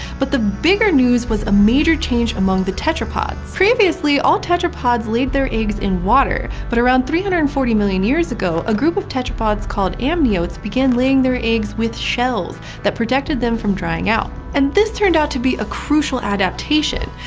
but the bigger news was a major change among the tetrapods. previously, all tetrapods had laid their eggs in water but around three hundred and forty million years ago, a group of tetrapods called amniotes began laying their eggs with shells that protected them from drying out. and this turned out to be a crucial adaptation.